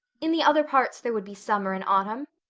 in the other parts there would be summer and autumn.